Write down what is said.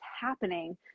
happening